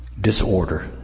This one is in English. disorder